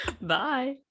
Bye